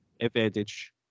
Advantage